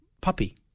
puppy –